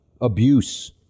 abuse